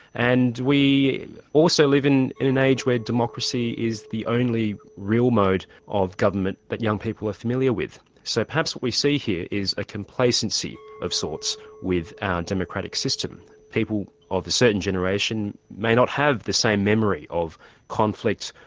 and we also live in in an age where democracy is the only real mode of government that young people are familiar with. so perhaps what we see here is a complacency of sorts with our democratic system. people of a certain generation may not have the same memory of conflict,